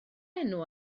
enw